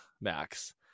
Max